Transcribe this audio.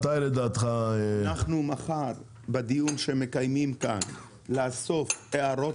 מתי לדעתך --- אנחנו מחר בדיון שמקיימים כאן נאסוף הערות